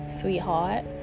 sweetheart